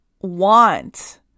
want